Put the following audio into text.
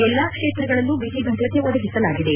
ಎಲ್ಲಾ ಕ್ಷೇತ್ರಗಳಲ್ಲೂ ಬಿಗಿಭದ್ರತೆ ಒದಗಿಸಲಾಗಿದೆ